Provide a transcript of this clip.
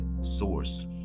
source